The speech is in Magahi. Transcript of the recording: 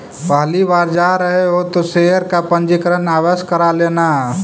पहली बार जा रहे हो तो शेयर का पंजीकरण आवश्य करा लेना